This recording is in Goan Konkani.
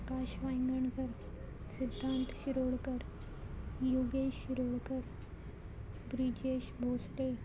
आकाश वांयगणकर सिद्धांत शिरोडकर योगेश शिरोडकर प्रिजेश भोसले